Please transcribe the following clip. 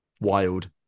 wild